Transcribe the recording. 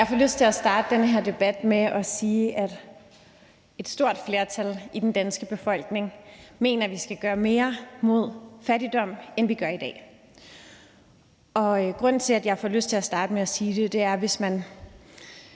Jeg får lyst til at starte den her debat med at sige, at et stort flertal i den danske befolkning mener, at vi skal gøre mere for at bekæmpe fattigdom, end vi gør i dag. Grunden til, at jeg får lyst til at starte med at sige det, er, at hvis man